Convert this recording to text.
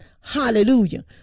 Hallelujah